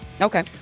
Okay